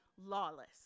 Lawless